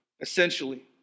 essentially